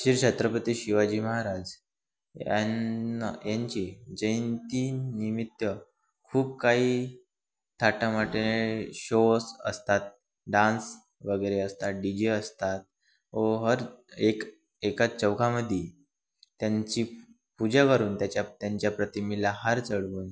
श्री छत्रपती शिवाजी महाराज यांना यांची जयंती निमित्त खूप काही थाटमाट शोस असतात डान्स वगैरे असतात डी जे असतात व हर एक एका चौकामध्ये त्यांची पूजा करून त्याच्या त्यांच्या प्रतिमेला हार चढवून